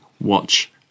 Watch